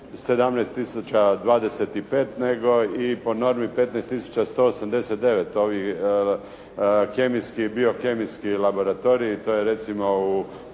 17 025, nego i po normi 15 189 ovi kemijski i biokemijski laboratorij, to je recimo u